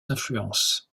influences